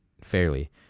fairly